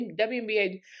WNBA